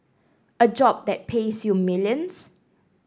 a job that pays you millions